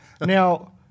Now